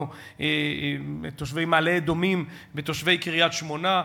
את תושבי מעלה-אדומים בתושבי קריית-שמונה.